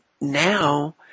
now